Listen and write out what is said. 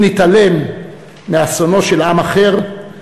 אם נתעלם מאסונו של עם אחר,